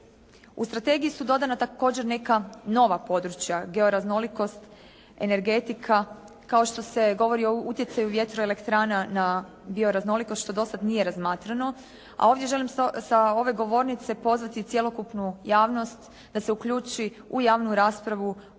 U strategiji su dodana također neka nova područja georaznolikost, energetika, kao što se govori o utjecaju vjetroelektrana na bioraznolikost, što dosad nije razmatrano. A ovdje želim sa ove govornice pozvati cjelokupnu javnost da se uključi u javnu raspravu